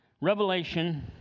Revelation